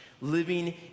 living